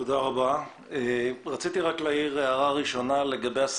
אנחנו נצטרך לדון בזה ולראות מה אנחנו עושים.